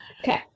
okay